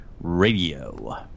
Radio